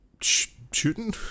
shooting